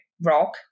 rock